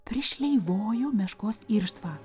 prišleivojo meškos irštvą